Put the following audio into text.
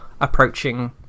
approaching